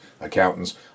accountants